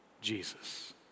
Jesus